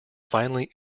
finally